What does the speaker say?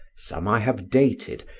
some i have dated,